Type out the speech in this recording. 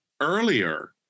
earlier